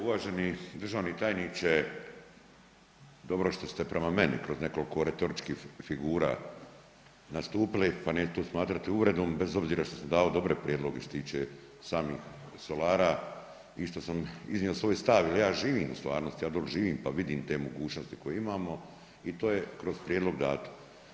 Uvaženi državni tajniče, dobro što ste prema meni kroz nekoliko retoričkih figura nastupili pa neću to smatrati uvredom, bez obzira što sam dao dobre prijedloge što se tiče samih i solara i što sam iznio svoj stav jer za živim u stvarnosti, ja dole živim pa vidim te mogućnosti koje imamo i to je kroz prijedlog dato.